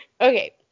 Okay